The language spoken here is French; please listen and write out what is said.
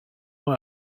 dans